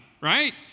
right